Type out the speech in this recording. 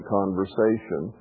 conversation